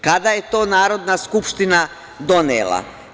Kada je to Narodna skupština donela?